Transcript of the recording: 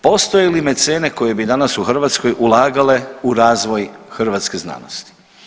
Postoje li mecene koje bi danas u Hrvatskoj ulagale u razvoj hrvatske znanosti?